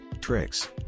tricks